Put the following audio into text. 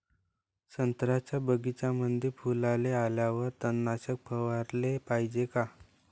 संत्र्याच्या बगीच्यामंदी फुलाले आल्यावर तननाशक फवाराले पायजे का?